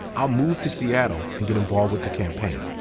i'll move to seattle and get involved with the campaign.